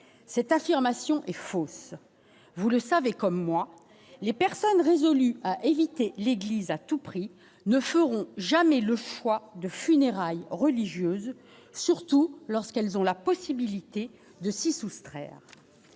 cette affirmation est fausse, vous le savez comme moi les personnes résolu à éviter l'Église à tout prix ne feront jamais le choix de funérailles religieuses, surtout lorsqu'elles ont la possibilité de s'y soustraire